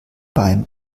beim